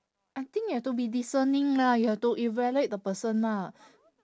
I think you have to be discerning lah you have to evaluate the person lah